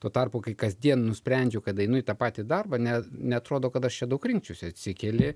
tuo tarpu kai kasdien nusprendžiu kad einu į tą patį darbą ne neatrodo kad aš čia daug rinkčiausi atsikeli